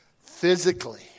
Physically